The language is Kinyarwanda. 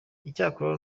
icyakora